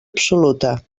absoluta